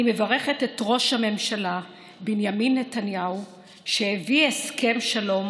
אני מברכת את ראש הממשלה בנימין נתניהו שהביא הסכם שלום